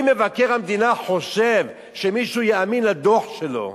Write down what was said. אם מבקר המדינה חושב שמישהו יאמין לדוח שלו,